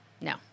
No